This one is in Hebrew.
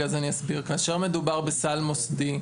כאשר מדובר בסל מוסדי,